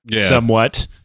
somewhat